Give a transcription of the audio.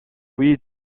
puis